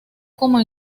como